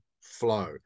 flow